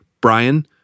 Brian